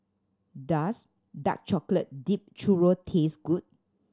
does dark chocolate dipped churro taste good